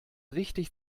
richtig